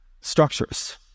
structures